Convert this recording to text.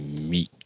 Meat